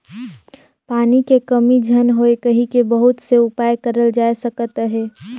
पानी के कमी झन होए कहिके बहुत से उपाय करल जाए सकत अहे